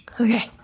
Okay